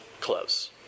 close